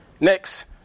Next